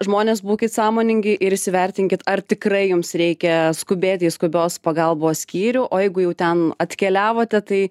žmonės būkit sąmoningi ir įsivertinkit ar tikrai jums reikia skubėti į skubios pagalbos skyrių o jeigu jau ten atkeliavote tai